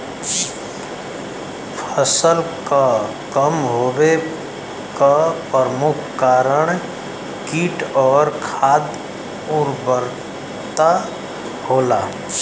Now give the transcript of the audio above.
फसल क कम होवे क प्रमुख कारण कीट और खाद उर्वरता होला